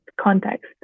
context